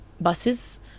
buses